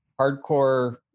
hardcore